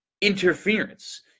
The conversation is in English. Interference